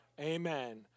amen